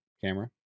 camera